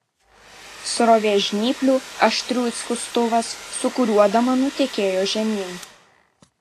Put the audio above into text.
srovė žnyplių aštrių it skustuvas sūkuriuodama nutekėjo žemyn